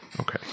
Okay